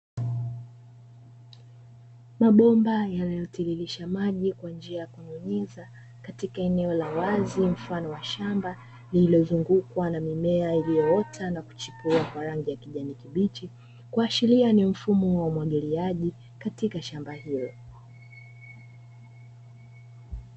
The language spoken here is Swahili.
Mabomba yanayotiririsha maji kwa njia ya kunyunyiza katika eneo la wazi mfano wa shamba, lililozungukwa na mimea iliyoota na kuchipua kwa rangi ya kijani kibichi kwa sheria ni mfumo wa umwagiliaji katika shamba hilo.